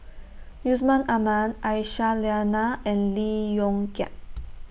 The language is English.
Yusman Aman Aisyah Lyana and Lee Yong Kiat